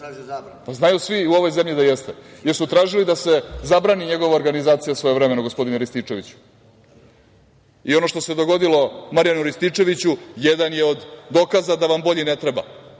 jer svi u ovoj zemlji znaju da jeste? Još su tražili da se zabrani njegova organizacija svojevremeno, gospodine Rističeviću. Ono što se dogodilo Marijanu Rističeviću jedan je od dokaza da vam bolji ne treba.